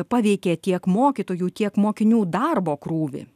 paveikė tiek mokytojų tiek mokinių darbo krūvį